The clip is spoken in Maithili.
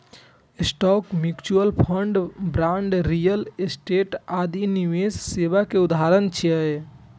stock, mutual fund, bond, real estate आदि निवेश सेवा के उदाहरण छियै